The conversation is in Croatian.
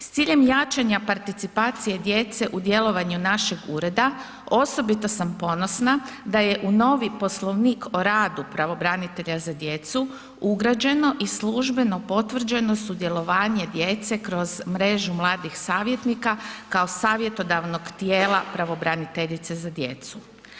S ciljem jačanja participacije djece u djelovanju našeg ureda osobito sam ponosna da je u novi Poslovnik o radu pravobranitelja za djecu ugrađeno i službeno potvrđeno sudjelovanje djece kroz mrežu mladih savjetnika kao savjetodavnog tijela pravobraniteljice za djecu.